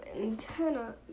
antenna